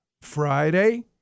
Friday